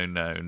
no